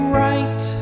right